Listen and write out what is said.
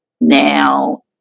Now